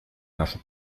нашу